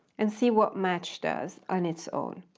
and see what match does on its own.